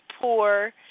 poor